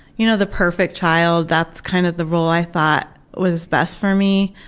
you know the perfect child, that's kind of the role i thought was best for me,